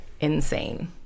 insane